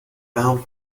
bound